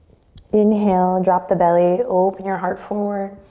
inhale, drop the belly, open your heart forward.